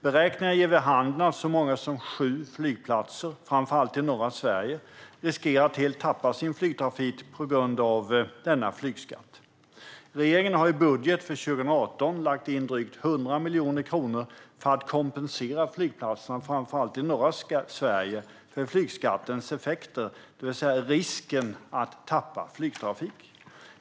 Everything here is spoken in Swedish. Beräkningar ger vid handen att så många som sju flygplatser, framför allt i norra Sverige, riskerar att helt tappa sin flygtrafik på grund av flygskatten. Regeringen har i budgeten för 2018 lagt in drygt 100 miljoner kronor för att kompensera flygplatserna, framför allt i norra Sverige, för flygskattens effekter, det vill säga risken att tappa flygtrafik.